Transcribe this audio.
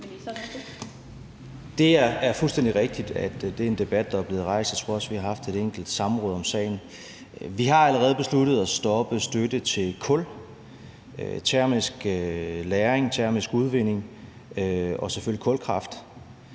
Det er fuldstændig rigtigt, at det er en debat, der er blevet rejst, og jeg tror også, vi har haft et enkelt samråd om sagen. Vi har allerede besluttet at stoppe støtte til kul, termisk lagring, termisk udvinding og selvfølgelig kulkraft.